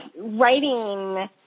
writing